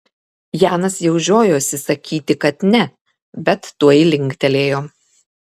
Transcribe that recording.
janas jau žiojosi sakyti kad ne bet tuoj linktelėjo